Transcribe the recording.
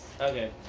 Okay